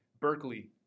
Berkeley